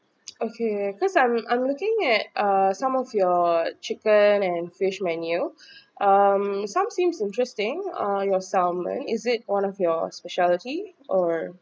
okay cause I'm I'm looking at uh some of your chicken and fish menu um some seems interesting uh your salmon is it one of your speciality or